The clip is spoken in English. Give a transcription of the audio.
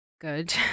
good